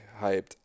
hyped